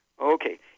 Okay